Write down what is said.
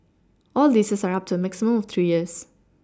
all leases are up to a maximum of three years